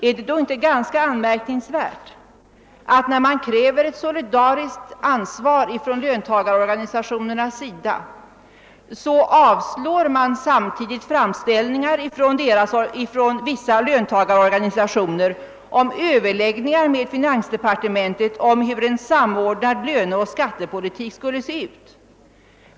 Är det då inte ganska anmärkningsvärt att man, när man kräver ett solidariskt ansvar från löntagarorganisationernas sida, samtidigt avslår framställningar ifrån vissa löntagarorganisationer om överläggningar med finansdepartementet om hur en samordnad löneoch skattepolitik skulle se ut?